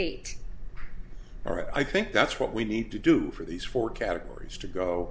eight i think that's what we need to do for these four categories to go